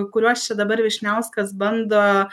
kuriuos čia dabar vyšniauskas bando